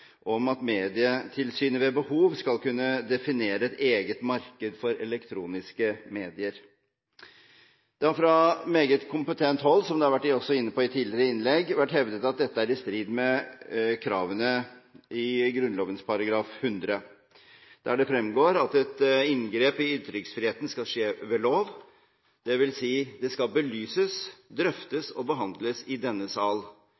om at Medietilsynet ved behov skal kunne definere et eget marked for elektroniske medier. Det har fra meget kompetent hold – som også tidligere innlegg har vært inne på – vært hevdet at dette er i strid med kravene i Grunnloven § 100, der det fremgår at et inngrep i ytringsfriheten skal skje ved lov. Det vil si at det skal belyses, drøftes og behandles i denne sal